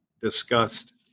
discussed